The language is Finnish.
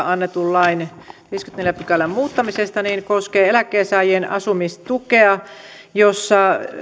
annetun lain viidennenkymmenennenneljännen pykälän muuttamisesta koskee eläkkeensaajien asumistukea